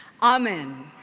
Amen